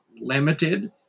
Limited